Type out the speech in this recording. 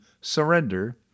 surrender